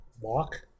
walk